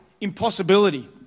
impossibility